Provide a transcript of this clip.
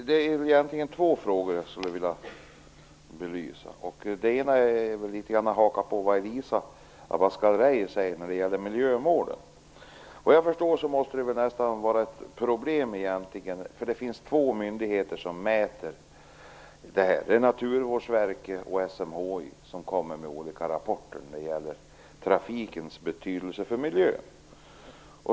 Herr talman! Det är egentligen två frågor som jag vill belysa. Den ena hakar på det Elisa Abascal Reyes säger när det gäller miljömålen. Vad jag förstår måste det vara ett problem att det finns två myndigheter som mäter sådant här, nämligen Naturvårdsverket och SMHI, och att de kommer med olika rapporter om trafikens betydelse för miljön.